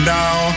now